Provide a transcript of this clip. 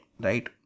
right